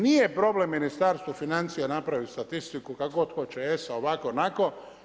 Nije problem Ministarstvu financija napraviti statistiku, kako god hoće, ESA, ovako, onako.